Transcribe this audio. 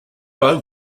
bow